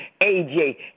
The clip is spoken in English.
AJ